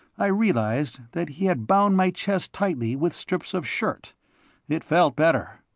i realized that he had bound my chest tightly with strips of shirt it felt better.